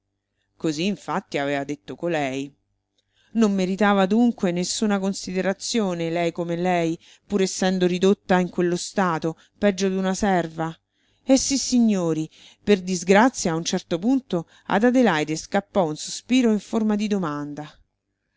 così infatti aveva detto colei non meritava dunque nessuna considerazione lei come lei pur essendo ridotta in quello stato peggio d'una serva e sissignori per disgrazia a un certo punto ad adelaide scappò un sospiro in forma di domanda